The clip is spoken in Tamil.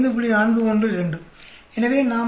412 எனவே நாம் 5